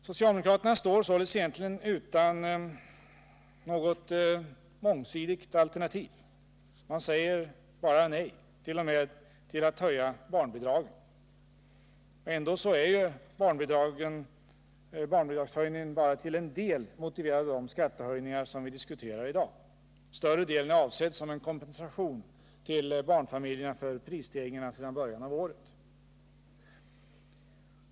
Socialdemokraterna står således egentligen utan något mångsidigt alternativ. De säger bara nej, t.o.m. till att höja barnbidragen. Ändå är barnbidragshöjningen bara till en del motiverad av de skattehöjningar som vi diskuterar i dag. Större delen är avsedd som en kompensation till barnfamiljerna för prisstegringarna sedan början av året.